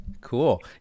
Cool